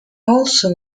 also